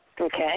Okay